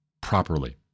Properly